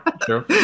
true